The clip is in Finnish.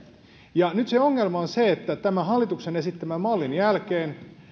ja nyt se ongelma on se että tämän hallituksen esittämän mallin jälkeen